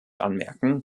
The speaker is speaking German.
anmerken